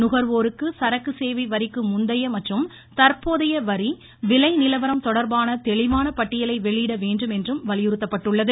நுகர்வோருக்கு சரக்கு சேவை வரிக்கு முந்தைய மற்றும் தற்போதைய வரி விலை நிலவரம் தொடர்பான தெளிவான பட்டியலை வெளியிட வேண்டும் என்றும் வலியுறுத்தப்பட்டுள்ளது